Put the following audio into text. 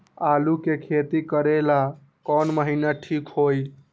आलू के खेती करेला कौन महीना ठीक होई?